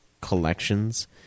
collections